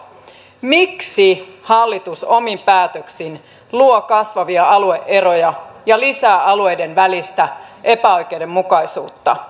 miksi hallitus omin päätöksin luo kasvavia alue eroja ja lisää alueiden välistä epäoikeudenmukaisuutta